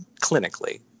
clinically